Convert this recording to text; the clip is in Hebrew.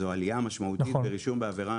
זו עלייה משמעותית ברישום בעבירה.